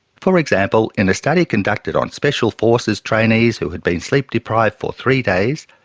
for example in a study conducted on special forces trainees who had been sleep-deprived for three days,